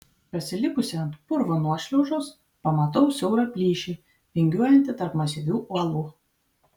pasilipusi ant purvo nuošliaužos pamatau siaurą plyšį vingiuojantį tarp masyvių uolų